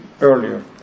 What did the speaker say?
earlier